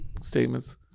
statements